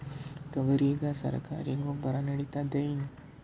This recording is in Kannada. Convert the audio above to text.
ತೊಗರಿಗ ಸರಕಾರಿ ಗೊಬ್ಬರ ನಡಿತೈದೇನು?